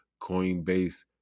Coinbase